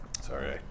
Sorry